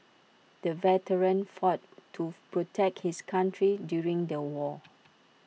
the veteran fought to protect his country during the war